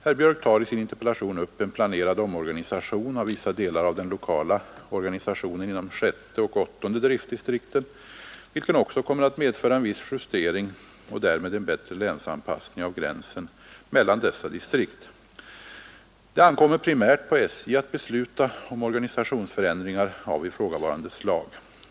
Herr Björk tar i sin interpellation upp en planerad omorganisation av vissa delar av den lokala organisationen inom sjätte och åttonde driftdistrikten, vilken också kommer att medföra en viss justering och därmed en bättre länsanpassning av gränsen mellan dessa distrikt. Det ankommer primärt på SJ att besluta om organisationsförändringar av ifrågavarande slag.